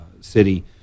city